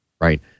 right